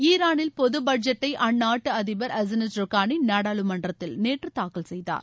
ஈரானில் பொது பட்ஜெட்டை அந்நாட்டு அதிபர் அசன்த் ரொகானி நாடாளுமன்றத்தில் நேற்று தாக்குதல் செய்தார்